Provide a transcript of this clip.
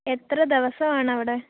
എത്ര ദിവസമാണവിടെ